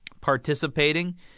participating